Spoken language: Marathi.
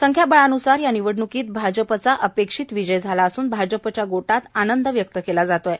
संख्याबळानुसार या निवडणुकीत भाजपचा अपेक्षित विजय झाला असून भाजपच्या गोटात आनंद व्यक्त केला जात आहे